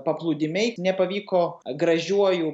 paplūdimiai nepavyko gražiuoju